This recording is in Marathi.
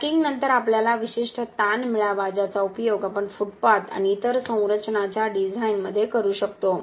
क्रॅकिंगनंतर आपल्याला विशिष्ट ताण मिळावा ज्याचा उपयोग आपण फुटपाथ आणि इतर संरचनांच्या डिझाइनमध्ये करू शकतो